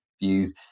views